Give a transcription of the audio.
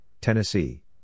Tennessee